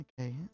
okay